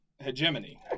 Hegemony